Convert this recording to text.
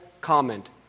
comment